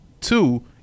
Two